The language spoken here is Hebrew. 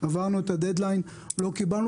עברנו את המועד האחרון ולא קיבלנו.